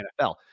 NFL